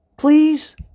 please